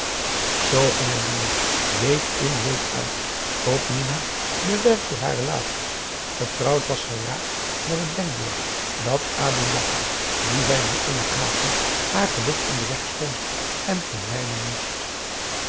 ging het door week in week uit tot minah bewerkt door haar relaties vertrouwd was geraakt met het denkbeeld dat aboe bakar dien zij nu innig haatte haar geluk in den weg stond en verdwijnen moest